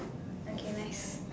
okay nice